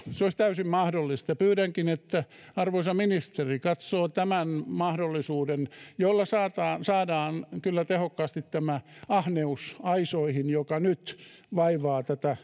se olisi täysin mahdollista pyydänkin että arvoisa ministeri katsoo tämän mahdollisuuden jolla saadaan saadaan kyllä tehokkaasti aisoihin tämä ahneus joka nyt vaivaa tätä